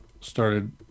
started